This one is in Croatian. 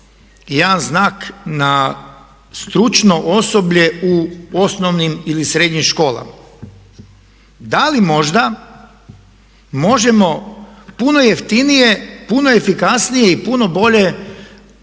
jedan znak na stručno osoblje u osnovnim ili srednjim školama. Da li možda možemo puno jeftinije, puno efikasnije i puno bolje